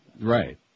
Right